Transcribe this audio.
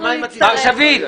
נצטרף.